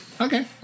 Okay